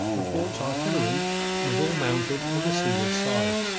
the fort's artillery was all mounted on the seaward side.